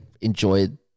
enjoyed